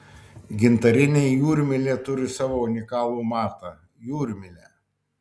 gintarinė jūrmylė turi savo unikalų matą jūrmylę